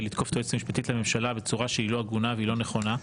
לתקוף את היועצת המשפטית לממשלה בצורה שהיא לא הגונה והיא לא נכונה.